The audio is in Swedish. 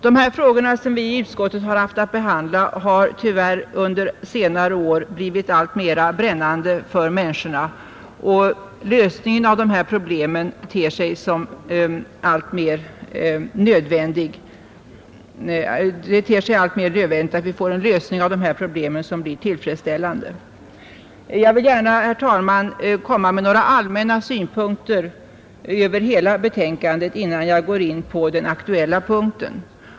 De här frågorna har tyvärr under senare år blivit alltmer brännande för människorna, och det är nödvändigt att vi får en lösning av dessa problem som blir tillfredsställande. Jag vill gärna, herr talman, komma med några allmänna synpunkter på hela betänkandet innan jag går in på den aktuella punkten.